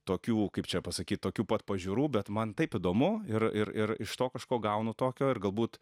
tokių kaip čia pasakyt tokių pat pažiūrų bet man taip įdomu ir ir ir iš to kažko gaunu tokio ir galbūt